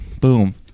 boom